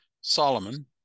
solomon